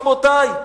רבותי,